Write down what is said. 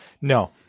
No